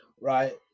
right